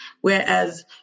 Whereas